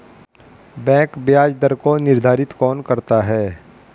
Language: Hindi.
बैंक ब्याज दर को निर्धारित कौन करता है?